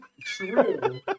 True